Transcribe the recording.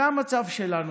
זה המצב שלנו.